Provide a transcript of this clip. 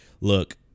look